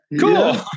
cool